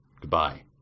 Goodbye